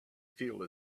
feel